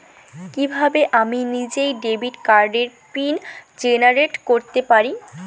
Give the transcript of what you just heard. কিভাবে আমি নিজেই ডেবিট কার্ডের পিন জেনারেট করতে পারি?